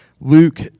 Luke